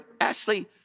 Ashley